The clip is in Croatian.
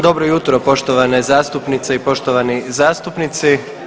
Dobro jutro poštovane zastupnice i poštovani zastupnici.